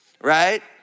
right